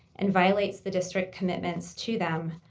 and violates the district commitments to them,